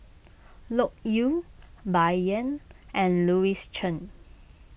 Loke Yew Bai Yan and Louis Chen